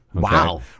Wow